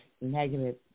negative